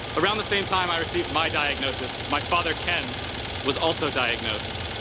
around the same time i received my diagnosis, my father ken was also diagnosed,